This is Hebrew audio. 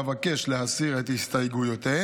אבקש להסיר את ההסתייגויות.